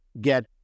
get